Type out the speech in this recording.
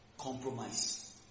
Compromise